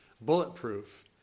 bulletproof